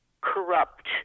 corrupt